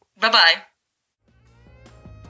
Bye-bye